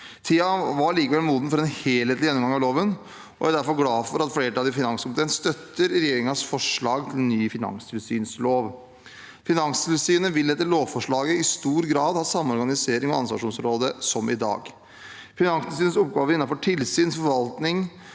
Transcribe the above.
Tiden var likevel moden for en helhetlig gjennomgang av loven, og jeg er derfor glad for at flertallet i finanskomiteen støtter regjeringens forslag til ny finanstilsynslov. Finanstilsynet vil etter lovforslaget i stor grad ha samme organisering og ansvarsområde som i dag. Finanstilsynets oppgaver innenfor tilsyn, forvaltning